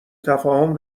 تفاهم